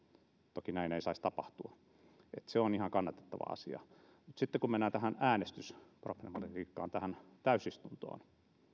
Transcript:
toki näin ei saisi tapahtua tämä on ihan kannatettava asia sitten kun mennään tähän äänestysproblematiikkaan tähän täysistuntoon niin